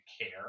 care